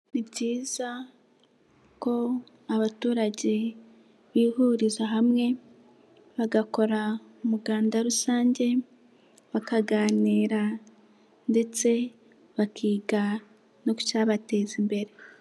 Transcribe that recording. Ni byiza ko abaturage bihuriza hamwe bagakora umuganda rusange bakaganira ndetse bakiga n'ibyabateza imbere.